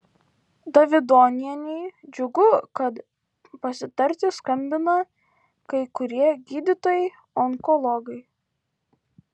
davidonienei džiugu kad pasitarti skambina kai kurie gydytojai onkologai